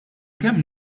kemm